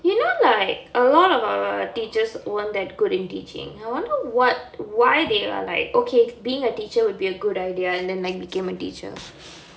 you know like a lot of our teachers weren't that good in teaching I wonder what why they are like okay being a teacher would be a good idea and then like became a teacher